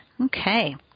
Okay